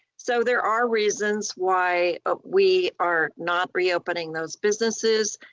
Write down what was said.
so there are reasons why ah we are not reopening those businesses.